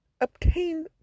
obtain